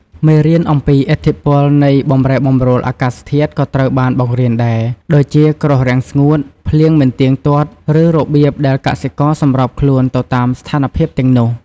មេរៀនអំពីឥទ្ធិពលនៃបម្រែបម្រួលអាកាសធាតុក៏ត្រូវបានបង្រៀនដែរ ដូចជាគ្រោះរាំងស្ងួត ភ្លៀងមិនទៀងទាត់ ឬ របៀបដែលកសិករសម្របខ្លួនទៅតាមស្ថានភាពទាំងនោះ។